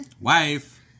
Wife